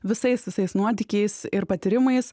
visais visais nuotykiais ir patyrimais